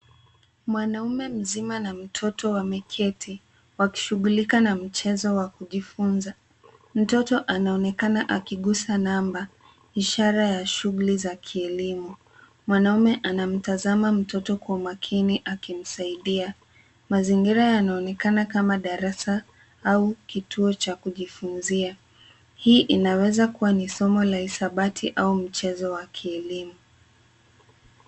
Mwanaume mzima na mtoto wameketi, wakishughulika na mchezo wa kujifunza. Mtoto anaonekana akiguza namba, ishara ya shughuli za kielimu. Mwanaume anamtazama mtoto kwa makini akimsaidia. Mazingira yanaonekana kama darasa au kituo cha kujifunzia. Hii inaweza kuwa ni somo la hisabati au mchezo wa kielimu.